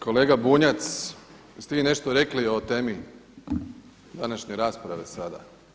Kolega Bunjac, jeste li vi nešto rekli o temi današnje rasprave sada?